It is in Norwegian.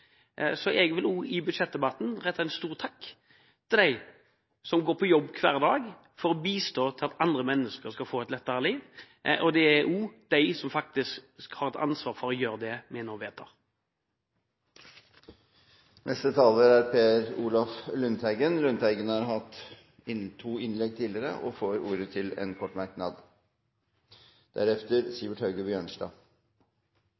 Jeg vil også i budsjettdebatten rette en stor takk til dem som går på jobb hver dag for å bidra til at andre mennesker skal få et lettere liv. Det er også de som faktisk har et ansvar for å gjøre det vi vedtar. Representanten Per Olaf Lundteigen har hatt to innlegg tidligere og får ordet til en kort merknad,